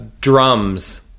drums